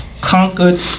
Conquered